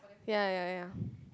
ya ya ya